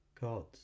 Gods